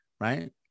right